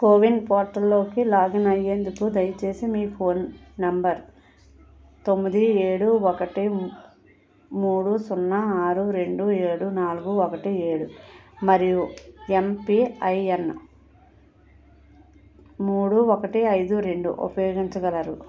CoWIN పోర్టల్లోకి login అయ్యేందుకు దయచేసి మీ ఫోన్ నంబర్ తొమ్మిది ఏడు ఒకటి మూడు సున్నా ఆరు రెండు ఏడు నాలుగు ఒకటి ఏడు మరియు ఎంపిఐఎన్ మూడు ఒకటి ఐదు రెండు ఉపయోగించగలరు